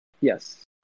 Yes